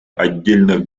отдельных